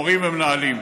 מורים ומנהלים.